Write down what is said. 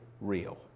real